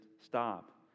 stop